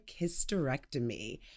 hysterectomy